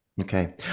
Okay